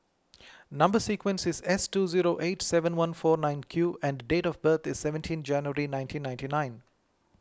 Number Sequence is S two zero eight seven one four nine Q and date of birth is seventeen January nineteen ninety nine